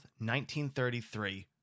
1933